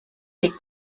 weg